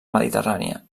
mediterrània